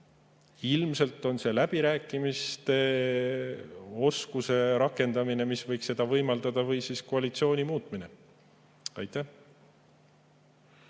Ilmselt on läbirääkimiste oskuse rakendamine see, mis võiks seda võimaldada, või siis koalitsiooni muutumine. Ma